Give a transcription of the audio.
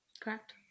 correct